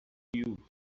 you